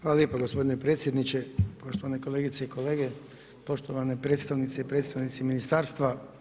Hvala lijepo gospodine predsjedniče, poštovane kolegice i kolege, poštovane predstavnice i predstavnici ministarstva.